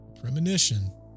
premonition